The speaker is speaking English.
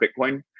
Bitcoin